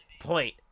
point